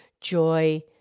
joy